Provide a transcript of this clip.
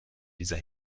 dieser